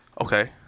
Okay